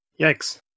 Yikes